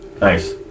Nice